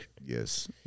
Yes